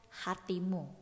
hatimu